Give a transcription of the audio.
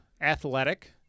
athletic